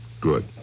Good